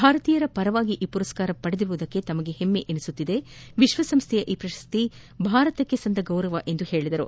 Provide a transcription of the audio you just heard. ಭಾರತೀಯರ ಪರವಾಗಿ ಈ ಮರಸ್ಕಾರ ಪಡೆದಿರುವುದಕ್ಕೆ ತಮಗೆ ಹೆಮ್ಮೆ ಎನಿಸಿದ್ದು ವಿಶಸಂಸ್ವೆಯ ಈ ಪ್ರಶಸ್ತಿ ಭಾರತಕ್ಕೆ ಸಂದ ಗೌರವವಾಗಿದೆ ಎಂದರು